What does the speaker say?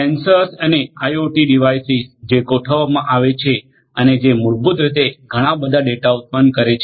sensor અને IoT device જે ગોઠવવામાં આવે છે અને જે મૂળભૂત રીતે ઘણાં બધાં ડેટા ઉત્પન્ન કરે છે